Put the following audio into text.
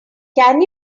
can